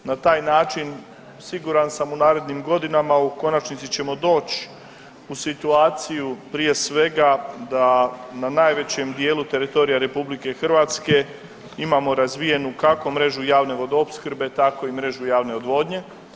Na taj način siguran sam u narednim godinama u konačnici ćemo doći u situaciju prije svega da na najvećem dijelu teritorija Republike Hrvatske imamo razvijenu mrežu javne vodoopskrbe tako i mrežu javne odvodnje.